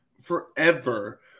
forever